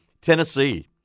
Tennessee